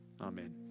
amen